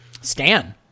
Stan